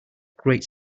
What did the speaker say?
great